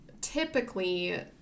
typically